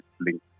link